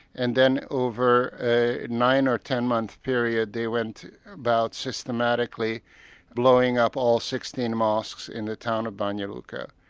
and then over a nine or ten month period, they went about systematically blowing up all sixteen mosques in the town of banja luka.